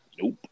Nope